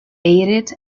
ate